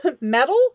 metal